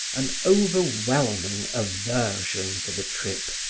an overwhelming aversion for the trip,